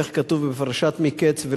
ואיך כתוב בפרשת מקץ?